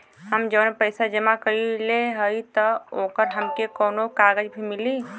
हम जवन पैसा जमा कइले हई त ओकर हमके कौनो कागज भी मिली?